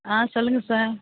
ஆ சொல்லுங்கள் சார்